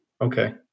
Okay